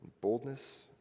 boldness